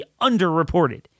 underreported